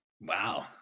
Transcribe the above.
Wow